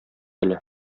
әле